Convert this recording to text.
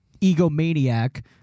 egomaniac